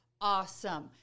Awesome